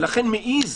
לכן מעיז